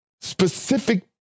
specific